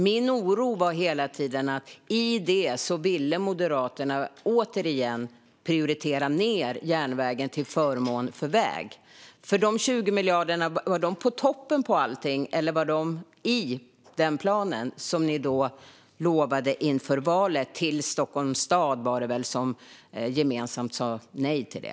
Min oro var hela tiden att Moderaterna i detta återigen ville prioritera ned järnvägen till förmån för väg. Var dessa 20 miljarder ovanpå allting? Eller ingick de i den plan som ni lovade inför valet till Stockholms stad, tror jag, som gemensamt sa nej till det?